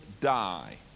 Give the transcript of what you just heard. die